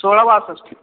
सोळा बासष्ट